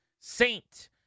Saint